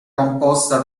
composta